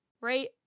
Right